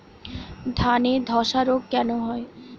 ধানে ধসা রোগ কেন হয়?